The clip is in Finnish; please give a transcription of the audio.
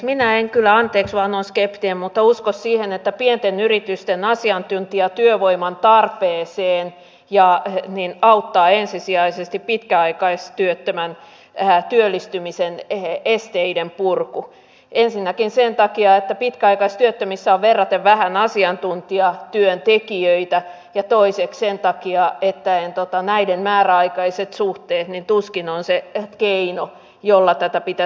minä en kyllä anteeksi vain olen skeptinen usko siihen että pienten yritysten asiantuntijatyövoiman tarpeeseen auttaa ensisijaisesti pitkäaikaistyöttömän työllistymisen esteiden purku ensinnäkään sen takia että pitkäaikaistyöttömissä on verraten vähän asiantuntijatyöntekijöitä ja toiseksi sen takia että näiden määräaikaiset suhteet tuskin ovat se keino jolla tätä pitäisi edistää